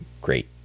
great